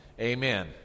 Amen